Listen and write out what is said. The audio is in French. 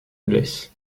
blesse